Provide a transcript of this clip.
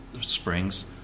springs